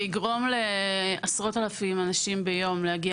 זה יגרום לעשרות אלפים אנשים ביום להגיע